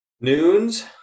Noons